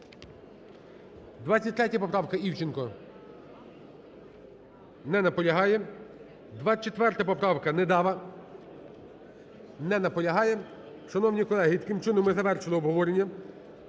23 поправка, Івченко. Не наполягає. 24 поправка, Недава. Не наполягає. Шановні колеги, таким чином ми завершили обговорення